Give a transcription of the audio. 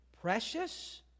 Precious